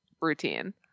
routine